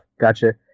Gotcha